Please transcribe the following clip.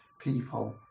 people